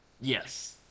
Yes